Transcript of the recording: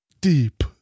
deep